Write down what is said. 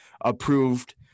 approved